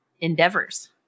endeavors